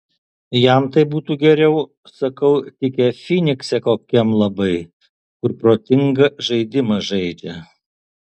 jam tai būtų geriau sakau tikę fynikse kokiam labai kur protinga žaidimą žaidžia